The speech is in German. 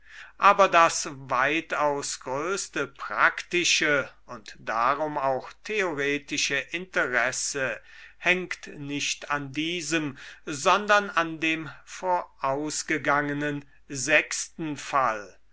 aber das weitaus größte praktische und darum auch theoretische interesse hängt nicht an diesem sondern an dem vorausgegangenen fall